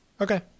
Okay